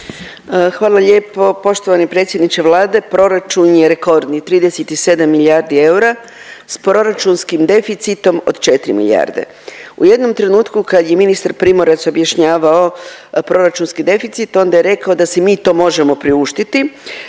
Hvala lijepo. Poštovani predsjedniče Vlade, proračun je rekordni. 37 milijardi eura s proračunskim deficitom od 4 milijarde. U jednom trenutku kad je ministar Primorac objašnjavao proračunski deficit, onda je rekao da si mi to možemo priuštiti